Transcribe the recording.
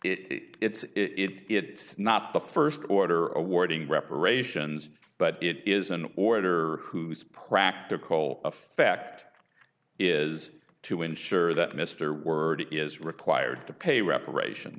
it's it's not the first order awarding reparations but it is an order whose practical effect is to ensure that mr word is required to pay reparations